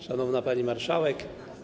Szanowna Pani Marszałek!